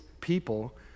people